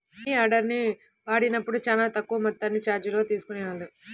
మనియార్డర్ని వాడినప్పుడు చానా తక్కువ మొత్తాన్ని చార్జీలుగా తీసుకునేవాళ్ళు